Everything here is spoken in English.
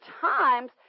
times